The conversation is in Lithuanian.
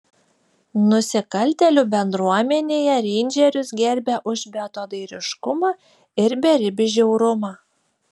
nusikaltėlių bendruomenėje reindžerius gerbė už beatodairiškumą ir beribį žiaurumą